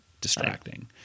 distracting